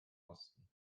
osten